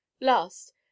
Last